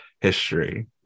history